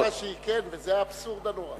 היא כן, וזה האבסורד הנורא.